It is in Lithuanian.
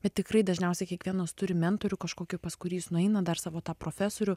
bet tikrai dažniausiai kiekvienas turi mentorių kažkokį pas kurį jis nueina dar savo tą profesorių